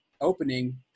opening